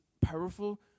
powerful